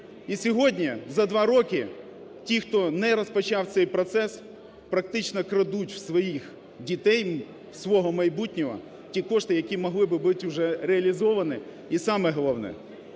І сьогодні за два роки ті, хто не розпочав цей процес, практично крадуть в своїх дітей, в свого майбутнього ті кошти, які могли би бути вже реалізовані. І саме головне –